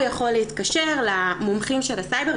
הוא יכול להתקשר למומחים של הסייבר,